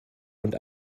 und